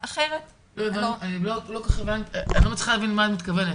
אחרת הוא לא -- אני לא מצליחה להבין מה את אומרת